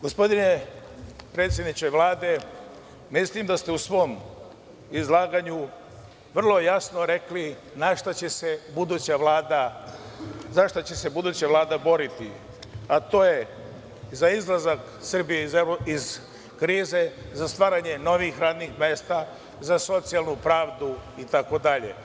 Gospodine predsedniče Vlade, mislim da ste u svom izlaganju vrlo jasno rekli za šta će se buduća Vlada boriti, a to je za izlazak Srbije iz krize, za stvaranje novih radnih mesta, sa socijalnu pravdu itd.